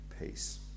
peace